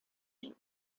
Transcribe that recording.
you